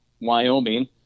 Wyoming